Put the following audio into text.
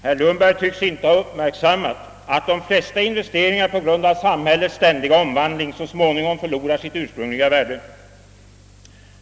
Herr Lundberg tycks inte ha uppmärksammat att de flesta investeringar på grund av samhällets ständiga omvandling så småningom förlorar sitt ursprungliga värde.